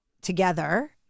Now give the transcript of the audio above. together